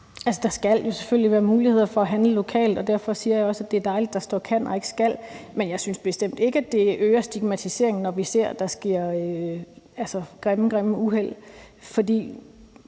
der skal jo selvfølgelig være muligheder for at handle lokalt, og derfor siger jeg også, at det er dejligt, at der står »kan« og ikke »skal«. Men jeg synes bestemt ikke, at det øger stigmatiseringen, når vi ser, at der sker meget grimme uheld, for